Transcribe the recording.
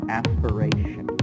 aspiration